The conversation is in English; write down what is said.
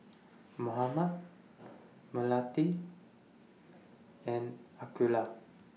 Muhammad Melati and Aqeelah